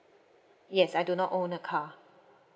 yes I do not own a car